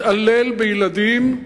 מתעלל בילדים,